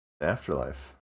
Afterlife